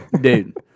Dude